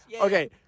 Okay